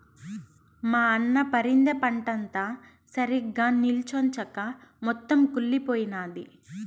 మా అన్న పరింద పంటంతా సరిగ్గా నిల్చొంచక మొత్తం కుళ్లిపోయినాది